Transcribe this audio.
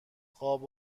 خواب